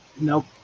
Nope